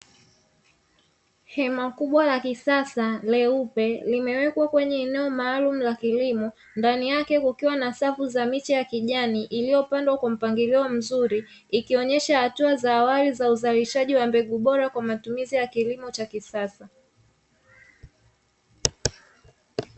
Hema kubwa la kisasa leupe limewekwa kwenye eneo maalumu la kilimo, ndani yake kukiwa na safu za miche ya kijani iliyopandwa kwa mpangilio mzuri, ikionyesha hatua za awali za uzalishaji wa mbegu bora kwa matumizi ya kilimo cha kisasa.